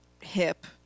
hip